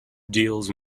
deals